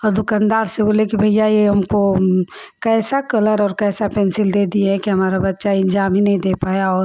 और दुकानदार से बोले भैया ये हमको कैसा कलर और कैसा पेन्सिल दे दिए कि हमारा बच्चा एग्जाम ही नहीं दे पाया और